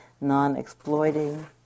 non-exploiting